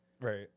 Right